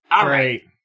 Great